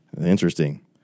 Interesting